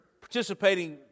participating